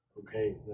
Okay